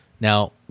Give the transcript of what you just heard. Now